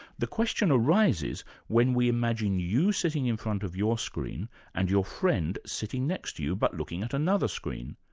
the question arises when we imagine you sitting in front of your screen and your friend sitting next to you but looking at another screen.